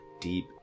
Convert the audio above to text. deep